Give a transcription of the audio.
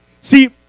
See